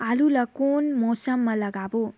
आलू ला कोन मौसम मा लगाबो?